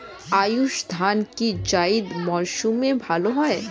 আউশ ধান কি জায়িদ মরসুমে ভালো হয়?